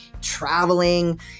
traveling